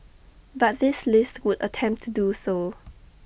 but this list would attempt to do so